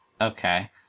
Okay